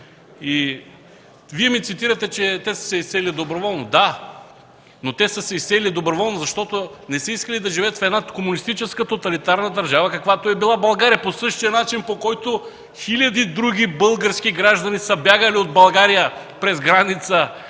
И Вие ми цитирате, че те са се изселили доброволно. Да, но те са се изселили доброволно, защото не са искали да живеят в една комунистическа тоталитарна държава, каквато е била България по същия начин, по който хиляди други български граждани са бягали от България през граница